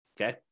Okay